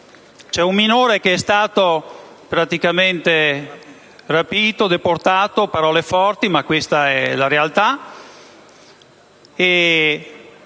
C'è un minore che è stato praticamente rapito, deportato - sono parole forti, ma questa è la realtà